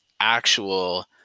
Actual